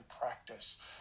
practice